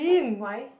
why